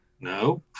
no